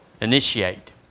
initiate